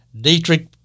Dietrich